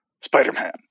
Spider-Man